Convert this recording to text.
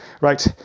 Right